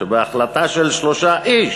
שבהחלטה של שלושה אנשים,